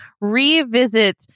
revisit